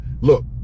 look